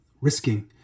risking